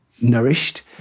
nourished